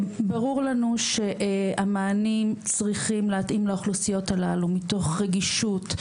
ברור לנו שהמענים צריכים להתאים לאוכלוסיות הללו מתוך רגישות,